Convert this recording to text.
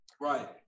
Right